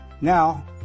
Now